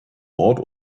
nord